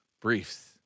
Briefs